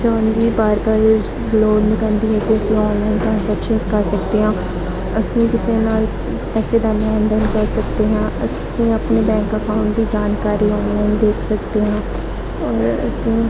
ਜਾਣ ਦੀ ਵਾਰ ਵਾਰ ਲੋੜ ਨਹੀਂ ਪੈਂਦੀ ਹੈਗੀ ਅਸੀਂ ਔਨਲਾਈਨ ਟ੍ਰਾਂਜੈਕਸ਼ਨਸ ਕਰ ਸਕਦੇ ਹਾਂ ਅਸੀਂ ਕਿਸੇ ਨਾਲ ਪੈਸੇ ਦਾ ਲੈਣ ਦੇਣ ਕਰ ਸਕਦੇ ਹਾਂ ਅਸੀਂ ਆਪਣੇ ਬੈਂਕ ਅਕਾਊਂਟ ਦੀ ਜਾਣਕਾਰੀ ਔਨਲਾਈਨ ਦੇਖ ਸਕਦੇ ਹਾਂ ਔਰ ਅਸੀਂ